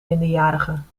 minderjarigen